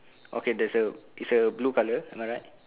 okay there's a it's a blue colour am I right